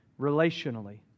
relationally